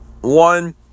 One